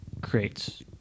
creates